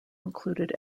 included